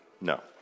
No